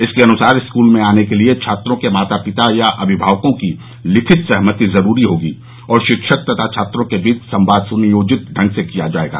इसके अनुसार स्कूल में आने के लिए छात्रों के माता पिता या अभिमावकों की लिखित सहमति जरूरी होगी और शिक्षक तथा छात्रों के बीच संवाद सुनियोजित ढंग से किया जायेगा